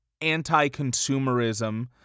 anti-consumerism